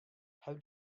how